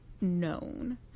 known